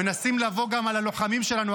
מנסים לבוא גם על הלוחמים שלנו.